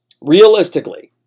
realistically